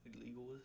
illegal